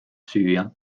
süüa